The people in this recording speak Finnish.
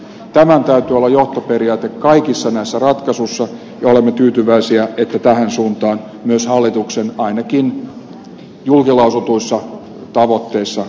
tämän täytyy olla johtoperiaate kaikissa näissä ratkaisuissa ja olemme tyytyväisiä että tähän suuntaan myös hallituksen ainakin julkilausutuissa tavoitteissa on menty